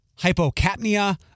hypocapnia